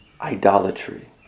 idolatry